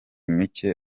mike